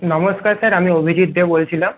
নমস্কার স্যার আমি অভিজিত দে বলছিলাম